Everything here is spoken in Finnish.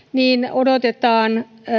odotetaan